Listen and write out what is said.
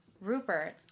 Rupert